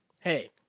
hey